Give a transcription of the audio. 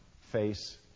face